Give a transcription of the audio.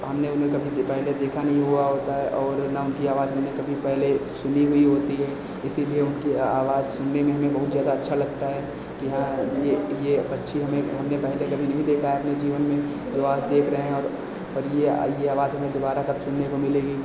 हमने उन्हें पहले देखा पहले देखा नहीं हुआ होता है और न उनकी आवाज़ हमने कभी पहले सुनी हुई होती है इसीलिए उनकी आवाज़ सुनने में हमें बहुत ज़्यादा अच्छा लगता है कि हाँ यह यह पक्षी हमने पहले कभी नहीं देखा है अपने जीवन में और आज देख रहे हैं और यह यह आवाज़ हमें दुबारा कब सुनने को मिलेगी